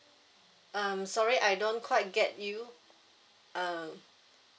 um sorry I don't quite get you uh